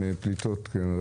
440. אם